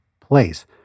place